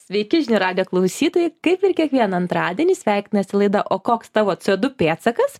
sveiki žinių radijo klausytojai kaip ir kiekvieną antradienį sveikinasi laida o koks tavo c o du pėdsakas